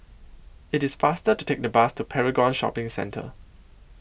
IT IS faster to Take The Bus to Paragon Shopping Centre